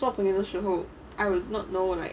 做朋友的时候 I will not know like